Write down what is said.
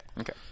Okay